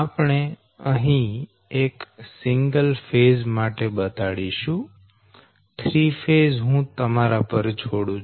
આપણે અહી single phase માટે બતાડીશુ 3 ફેઝ હું તમારા પર છોડુ છું